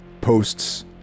posts